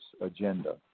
agenda